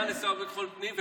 סגן השר לביטחון הפנים,